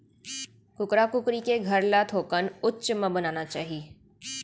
कुकरा कुकरी के घर ल थोकन उच्च म बनाना चाही